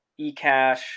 eCash